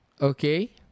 Okay